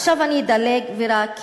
עכשיו אני אדלג, ורק,